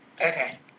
Okay